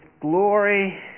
glory